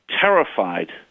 terrified